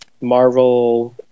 Marvel